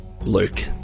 Luke